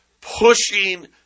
pushing